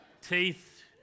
teeth